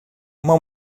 uma